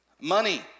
Money